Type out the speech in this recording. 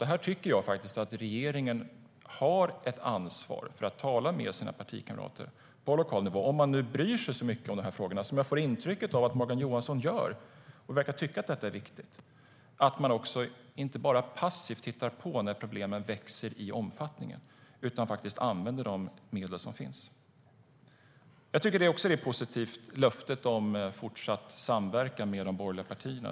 Jag tycker att regeringen har ett ansvar att tala med sina partikamrater på lokal nivå om man nu bryr sig så mycket om de här frågorna, som jag får intrycket av att Morgan Johansson gör, så att man inte bara passivt tittar på när problemen växer i omfattning utan faktiskt använder de medel som finns. Jag tycker också att det är positivt med löftet om fortsatt samverkan med de borgerliga partierna.